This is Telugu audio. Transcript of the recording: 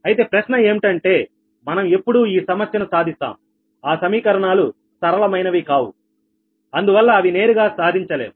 అయితే ప్రశ్న ఏమిటంటే మనం ఎప్పుడు ఈ సమస్యను సాధిస్తాం ఆ సమీకరణాలు సరళమైనవి కావు అందువల్ల అవి నేరుగా సాధించలేము